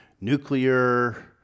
nuclear